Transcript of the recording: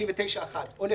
לא